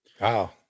Wow